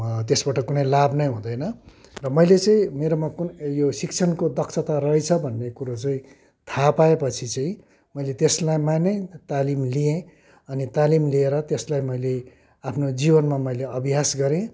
त्यसबाट कुनै लाभ नै हुँदैन र मैले चाहिँ मेरोमा कुन यो शिक्षणको दक्षता रहेछ भन्ने कुरो चाहिँ थाहा पाएपछि चाहिँ मैले त्यसलाई मानेँ तालिम लिएँ अनि तालिम लिएर त्यसलाई मैले आफ्नो जीवनमा मैले अभ्यास गरेँ